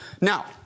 Now